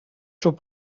چوب